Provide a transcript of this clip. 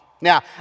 Now